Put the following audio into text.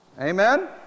Amen